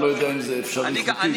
אני לא יודע אם זה אפשרי חוקית,